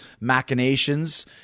machinations